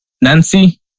Nancy